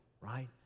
right